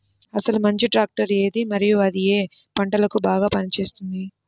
అసలు మంచి ట్రాక్టర్ ఏది మరియు అది ఏ ఏ పంటలకు బాగా పని చేస్తుంది?